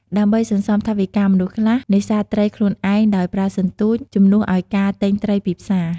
ដើម្បីសន្សំថវិកា មនុស្សខ្លះនេសាទត្រីខ្លួនឯងដោយប្រើសន្ទួច ជំនួសឲ្យការទិញត្រីពីផ្សារ។